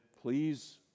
please